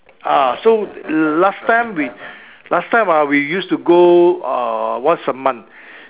ah so last time we last time ah we used to go uh once a month